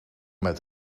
met